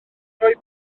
rhoi